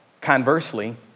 conversely